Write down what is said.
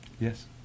Yes